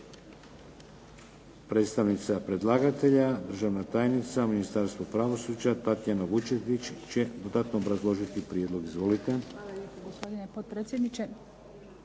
Predstavnica predlagatelja, državna tajnica u Ministarstvu pravosuđa Tatjana Vučetić će dodatno obrazložiti prijedlog. Izvolite.